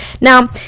Now